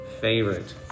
favorite